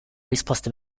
risposte